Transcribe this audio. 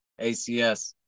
ACS